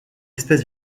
espèce